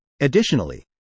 Additionally